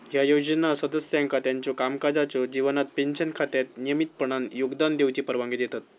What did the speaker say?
ह्या योजना सदस्यांका त्यांच्यो कामकाजाच्यो जीवनात पेन्शन खात्यात नियमितपणान योगदान देऊची परवानगी देतत